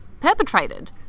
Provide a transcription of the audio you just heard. perpetrated